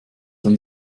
dann